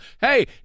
hey